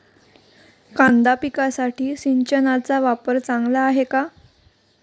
कांदा पिकासाठी सिंचनाचा वापर चांगला आहे का?